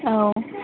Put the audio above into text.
औ